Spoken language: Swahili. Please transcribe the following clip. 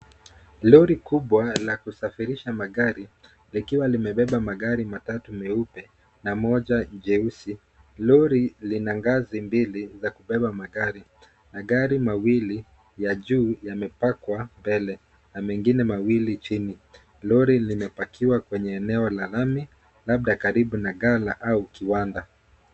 Lori kubwa la kusafirisha magari, likiwa limebeba magari matatu meupe na moja jeusi. Lori lina ngazi mbili za kubeba magari. Magari mawili ya juu yamepakwa mbele na mengine mawili chini. Lori limepakiwa kwenye eneo la lami, labda karibu na ghala au kiwanda.